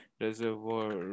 Reservoir